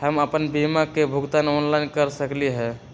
हम अपन बीमा के भुगतान ऑनलाइन कर सकली ह?